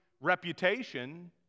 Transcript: reputation